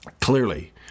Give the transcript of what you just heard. Clearly